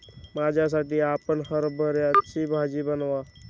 माझ्यासाठी आपण हरभऱ्याची भाजी बनवा